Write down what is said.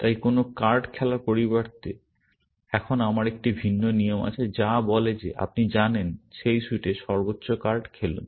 তাই কোনো কার্ড খেলার পরিবর্তে এখন আমার একটি ভিন্ন নিয়ম আছে যা বলে যে আপনি জানেন সেই স্যুটে সর্বোচ্চ কার্ড খেলুন